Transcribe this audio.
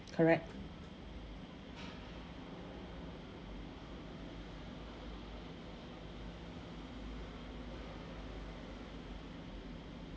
correct